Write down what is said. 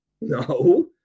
No